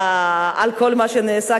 על כל מה שנעשה,